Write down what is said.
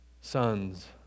sons